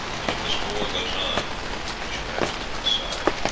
and if this war goes on we shall have to take a side.